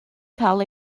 cael